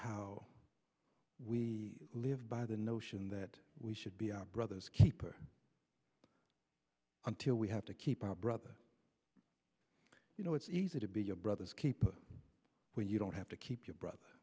how we live by the notion that we should be our brother's keeper until we have to keep our brother you know it's easy to be your brother's keeper when you don't have to keep your br